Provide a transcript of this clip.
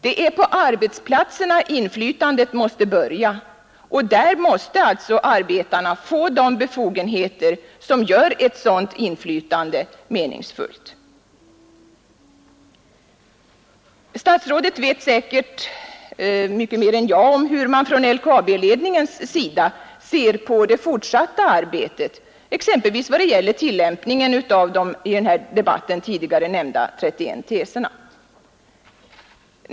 Det är på arbetsplatserna inflytandet måste börja, och där måste alltså arbetarna få de befogenheter som gör ett sådant inflytande meningsfullt. Statsrådet vet säkert mycket bättre än jag hur LKAB-ledningen ser på det fortsatta arbetet exempelvis då det gäller tillämpningen av de tidigare i denna debatt nämnda 31 teserna.